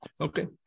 Okay